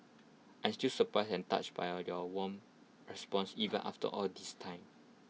I'm still surprised and touched by you your warm responses even after all this time